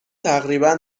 تقریبا